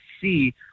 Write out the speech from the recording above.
see